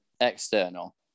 external